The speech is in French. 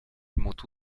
monte